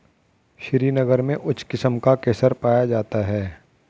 श्रीनगर में उच्च किस्म का केसर पाया जाता है